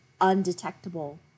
undetectable